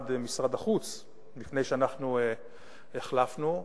עמדה בראש משרד החוץ לפני שאנחנו החלפנו אותה,